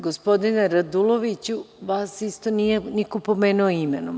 Gospodine Raduloviću, vas isto niko nije pomenuo imenom.